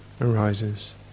arises